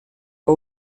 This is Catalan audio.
que